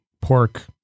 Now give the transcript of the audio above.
pork